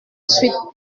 suite